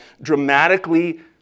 dramatically